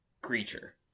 Creature